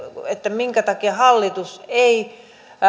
minkä takia hallitus ei